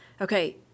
Okay